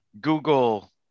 Google